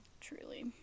Truly